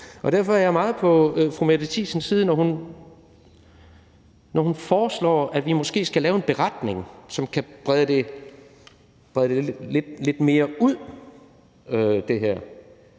Derfor er jeg meget på fru Mette Thiesens side, når hun foreslår, at vi måske skal lave en beretning, som kan brede det her lidt mere ud. Jeg er